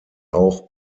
auch